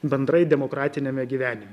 bendrai demokratiniame gyvenime